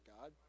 God